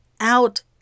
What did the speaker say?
out